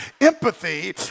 empathy